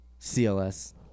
CLS